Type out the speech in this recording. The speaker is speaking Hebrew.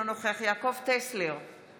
אינו נוכח יעקב טסלר,